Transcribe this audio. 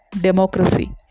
democracy